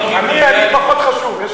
אני פחות חשוב.